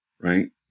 right